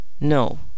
No